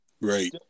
right